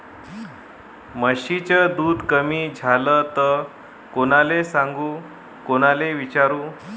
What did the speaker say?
म्हशीचं दूध कमी झालं त कोनाले सांगू कोनाले विचारू?